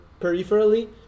peripherally